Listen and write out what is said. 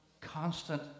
constant